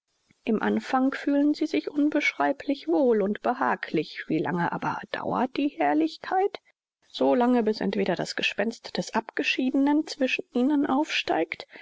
im anfang fühlen sie sich unbeschreiblich wohl und behaglich wie lange aber dauert die herrlichkeit so lange bis entweder das gespenst des abgeschiedenen zwischen ihnen aufsteigt